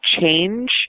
change